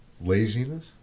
Laziness